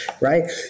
right